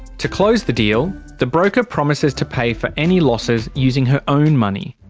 to close the deal, the broker promises to pay for any losses using her own money.